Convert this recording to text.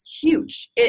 huge